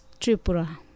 Tripura